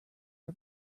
are